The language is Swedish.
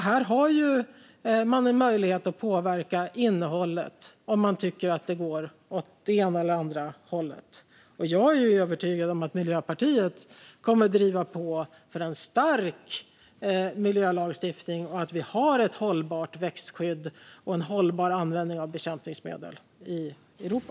Här har man en möjlighet att påverka innehållet om man tycker att det går åt ena eller andra hållet. Jag är övertygad om att Miljöpartiet kommer att driva på för en stark miljölagstiftning och för att vi ska ha ett hållbart växtskydd och en hållbar användning av bekämpningsmedel i Europa.